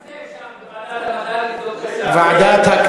התשע"ד 2013, לוועדה שתקבע